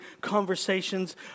conversations